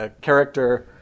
character